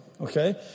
okay